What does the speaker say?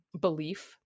belief